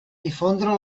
difondre